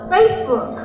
Facebook